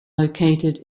located